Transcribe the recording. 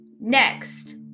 Next